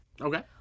okay